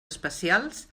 especials